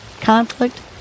conflict